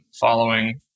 following-